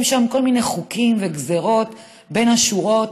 שם גם כל מיני חוקים וגזרות בין השורות,